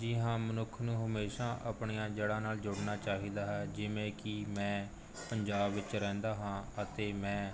ਜੀ ਹਾਂ ਮਨੁੱਖ ਨੂੰ ਹਮੇਸ਼ਾ ਆਪਣੀਆਂ ਜੜ੍ਹਾਂ ਨਾਲ ਜੁੜਨਾ ਚਾਹੀਦਾ ਹੈ ਜਿਵੇਂ ਕਿ ਮੈਂ ਪੰਜਾਬ ਵਿੱਚ ਰਹਿੰਦਾ ਹਾਂ ਅਤੇ ਮੈਂ